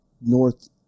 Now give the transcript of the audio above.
North